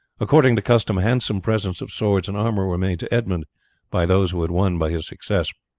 according to custom handsome presents of swords and armour were made to edmund by those who had won by his success.